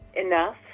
enough